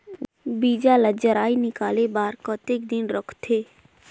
बीजा ला जराई निकाले बार कतेक दिन रखथे?